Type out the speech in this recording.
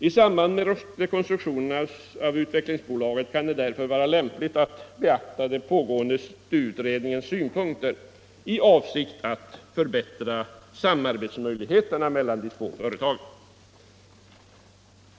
I samband med rekonstruktionen av Utvecklingsbolaget kan det därför vara lämpligt att beakta den pågående STU-utredningens synpunkter i avsikt att förbättra samarbetsmöjligheterna mellan de två företagen.